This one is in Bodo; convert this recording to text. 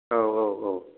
औ औ औ